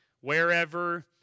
wherever